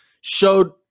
showed